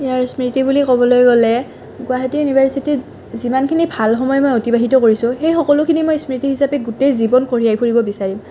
ইয়াৰ স্মৃতি বুলি ক'বলৈ গ'লে গুৱাহাটী ইউনিভাৰ্ছিটিত যিমানখিনি ভাল সময় মই অতিবাহিত কৰিছোঁ সেই সকলোখিনি মই স্মৃতি হিচাপে গোটেই জীৱন কঢ়িয়াই ফুৰিব বিচাৰিম